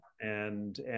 And-